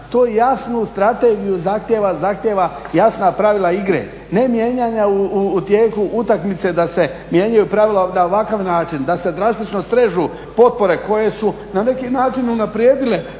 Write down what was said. to jasnu strategiju zahtijeva, zahtijeva jasna pravila igre. Ne mijenjanja u tijeku utakmice da se mijenjaju pravila na ovakav način, da se drastično srežu potpore koje su na neki način unaprijedile,